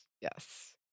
yes